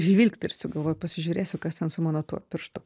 žvilgtelsiu galvoju pasižiūrėsiu kas ten su mano tuo pirštu